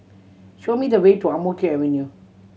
show me the way to Ang Mo Kio Avenue